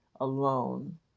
alone